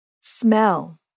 Smell